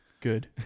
good